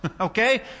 okay